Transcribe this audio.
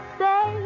say